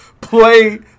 Play